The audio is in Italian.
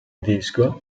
disco